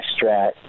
Strat